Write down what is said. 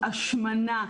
השמנה,